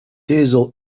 diesel